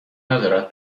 ندارد